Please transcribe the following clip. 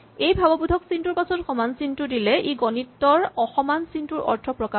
এই ভাৱবোধক চিনটোৰ পাছত সমান চিনটো দিলে ই গণিতৰ অসমান চিনটোৰ অৰ্থ প্ৰকাশ কৰিব